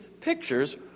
pictures